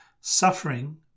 Suffering